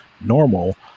normal